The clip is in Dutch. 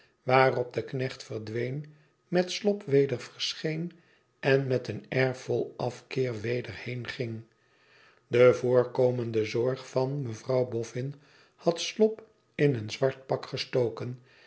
waarop de knecht verdween met slop weder verscheen en met een air vol afkeer weder heenging de voorkomende zorg van mevrouw bofn had slop in een zwart pak gestoken